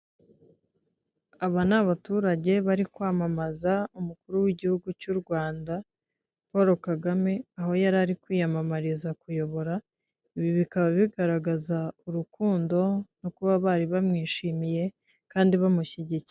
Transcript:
Aba ni abaturage bari kwamamaza umukuru w'igihugu cy'u Rwanda "Poro Kagame", aho yari ari kwiyamamariza kuyobora, ibi bikaba bigaragaza urukundo no kuba bari bamwishimiye, kandi bamushyigikiye.